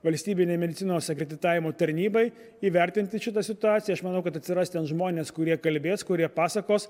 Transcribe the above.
valstybinei medicinos akreditavimo tarnybai įvertinti šitą situaciją aš manau kad atsiras ten žmonės kurie kalbės kurie pasakos